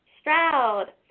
Stroud